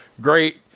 great